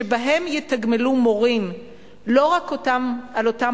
שבהם יתגמלו מורים לא רק על אותם